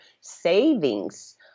savings